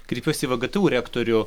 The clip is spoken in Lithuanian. kreipiuosi į vgtu rektorių